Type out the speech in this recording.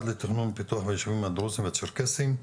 לתכנון ופיתוח בישובים הדרוזים והצ'רקסיים,